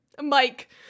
Mike